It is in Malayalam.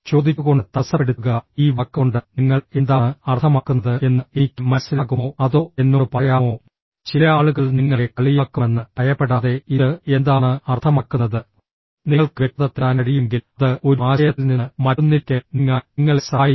ചോദിച്ചുകൊണ്ട് തടസ്സപ്പെടുത്തുക ഈ വാക്ക് കൊണ്ട് നിങ്ങൾ എന്താണ് അർത്ഥമാക്കുന്നത് എന്ന് എനിക്ക് മനസ്സിലാകുമോ അതോ എന്നോട് പറയാമോ ചില ആളുകൾ നിങ്ങളെ കളിയാക്കുമെന്ന് ഭയപ്പെടാതെ ഇത് എന്താണ് അർത്ഥമാക്കുന്നത് നിങ്ങൾക്ക് വ്യക്തത തേടാൻ കഴിയുമെങ്കിൽ അത് ഒരു ആശയത്തിൽ നിന്ന് മറ്റൊന്നിലേക്ക് നീങ്ങാൻ നിങ്ങളെ സഹായിക്കും